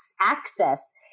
access